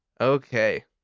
Okay